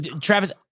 Travis